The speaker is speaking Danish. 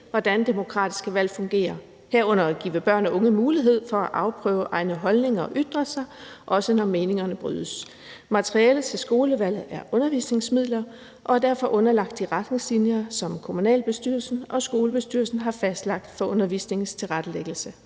hvordan demokratiske valg fungerer, herunder give børn og unge mulighed for at afprøve egne holdninger og ytre sig, også når meningerne brydes. Materialet til skolevalget er undervisningsmidler og er derfor underlagt de retningslinjer, som kommunalbestyrelsen og skolebestyrelsen har fastlagt for undervisningens tilrettelæggelse.